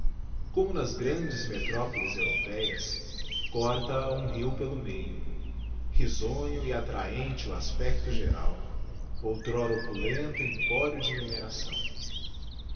como nas grandes metropolis européas corta a um rio pelo meio bisonho e attrahente o aspecto geral outrora opulento empório de mineração